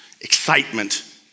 excitement